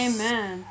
Amen